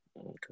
Okay